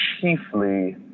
chiefly